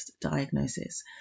diagnosis